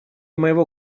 моего